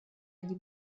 они